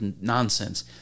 nonsense